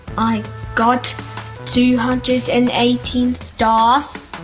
i got two hundred and eighty stars.